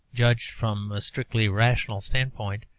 judged from a strictly rational standpoint,